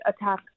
attack